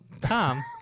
Tom